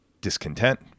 discontent